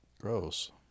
Gross